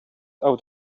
out